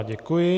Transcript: Děkuji.